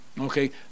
Okay